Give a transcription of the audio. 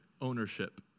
ownership